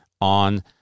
on